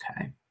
Okay